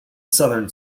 southern